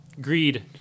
Greed